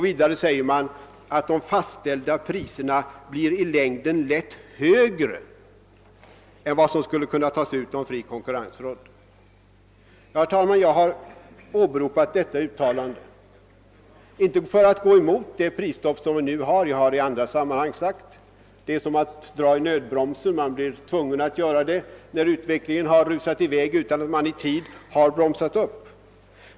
Vidare säger man, att de fastställda priserna i längden lätt blir högre än vad som :skuHe kunna tas ut om fri konkurrens rådde. "Herr talman! Jag har åberopat detta uttalande inte för att gå emot det prisstopp söm vi nu har. I andra sammanhang har jag sagt att det är som att dra i nödbromsen. Man blir tvungen att göra det, när utvecklingen har rusat i väg utan att man i tid har bromsat upp.